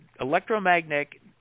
Electromagnetic